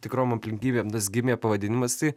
tikrom aplinkybėm tas gimė pavadinimas tai